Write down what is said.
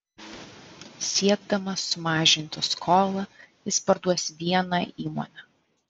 siekdamas sumažinti skolą jis parduos vieną įmonę